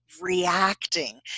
reacting